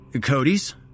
Cody's